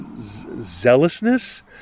zealousness